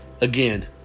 Again